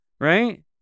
Right